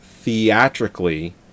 Theatrically